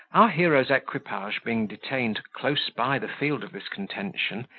our hero's equipage being detained close by the field of this contention,